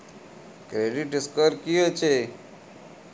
Credit score की होय छै?